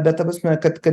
bet ta prasme kad kad